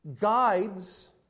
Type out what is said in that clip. guides